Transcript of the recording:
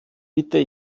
bitte